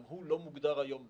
גם הוא לא מוגדר היום בחוק,